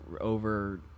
over